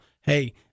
hey